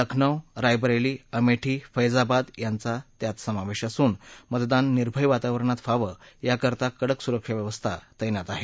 लखनौ रायबरेली अमेठी फज्जाबाद यांचा त्यात समावेश असून मतदान निर्भय वातावरणात व्हावं याकरता कडक सुरक्षा व्यवस्था तत्तित आहे